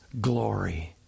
glory